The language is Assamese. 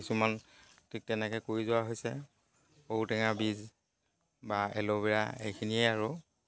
কিছুমান ঠিক তেনেকে কৰি যোৱা হৈছে ঔটেঙা বীজ বা এল'ভেৰা এইখিনিয়ে আৰু